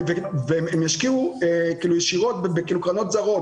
כיום יש כ-200 קרנות גידור.